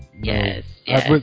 Yes